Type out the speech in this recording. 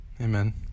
Amen